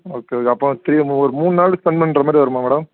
okay okay அப்போ three ஒரு மூணு நாள் ஸ்பெண்ட் பண்ணுற மாதிரி வருமா மேடம்